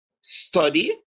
study